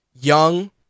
young